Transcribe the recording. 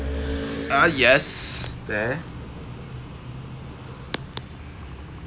ah yes there